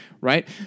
right